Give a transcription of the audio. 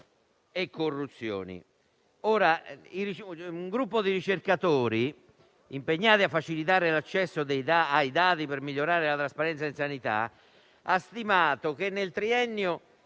Un gruppo di ricercatori, impegnato a facilitare l'accesso ai dati per migliorare la trasparenza in sanità, ha stimato che nel triennio